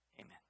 Amen